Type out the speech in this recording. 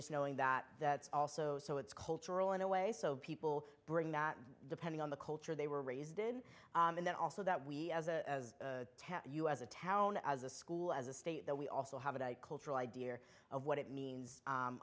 just knowing that it's also so it's cultural in a way so people bring that depending on the culture they were raised in and then also that we as a you as a town as a school as a state that we also have a cultural idea of what it means